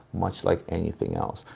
much like anything else.